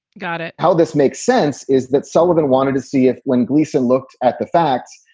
got it. how this makes sense is that sullivan wanted to see if when gleason looked at the facts,